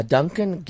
Duncan